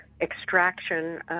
extraction